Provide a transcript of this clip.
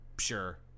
Sure